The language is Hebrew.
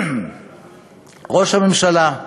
ראש הממשלה,